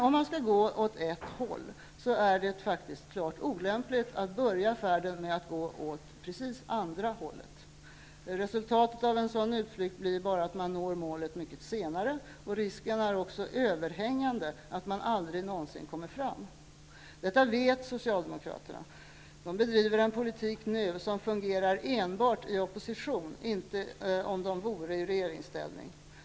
Om man skall gå åt ett håll, är det faktiskt klart olämpligt att börja färden med att gå åt precis motsatt håll. Resultatet av en sådan utflykt blir bara att man når målet mycket senare. Risken är också överhängande för att man aldrig någonsin kommer fram. Detta vet socialdemokraterna. De bedriver nu en politik som fungerar enbart i opposition, den skulle inte fungera om de vore i regeringsställning.